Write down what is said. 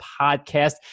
podcast